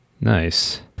nice